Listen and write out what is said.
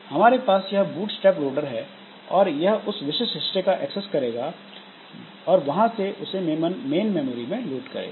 हमारे पास यह बूटस्ट्रैप लोडर है और यह उस विशिष्ट हिस्से को एक्सेस करेगा और वहां से उसे मेन मेमोरी पर लोड करेगा